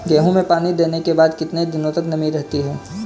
गेहूँ में पानी देने के बाद कितने दिनो तक नमी रहती है?